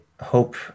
hope